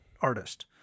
artist